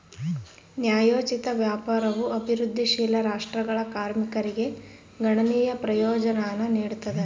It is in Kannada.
ನ್ಯಾಯೋಚಿತ ವ್ಯಾಪಾರವು ಅಭಿವೃದ್ಧಿಶೀಲ ರಾಷ್ಟ್ರಗಳ ಕಾರ್ಮಿಕರಿಗೆ ಗಣನೀಯ ಪ್ರಯೋಜನಾನ ನೀಡ್ತದ